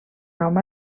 nom